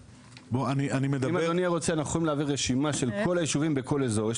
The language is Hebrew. אם אדוני רוצה אני יכול להביא רשימה של כל היישובים בכל אזור.